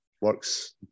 works